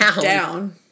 Down